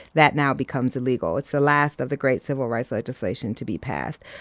that now becomes illegal. it's the last of the great civil rights legislation to be passed.